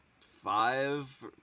five